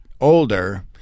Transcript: older